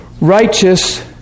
Righteous